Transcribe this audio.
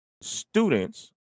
students